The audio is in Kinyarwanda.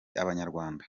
abanyarwanda